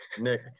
Nick